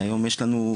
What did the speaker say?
כמובן שיש לנו.